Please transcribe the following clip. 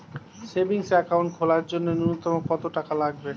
Savings account খোলার জন্য নূন্যতম কত টাকা লাগবে?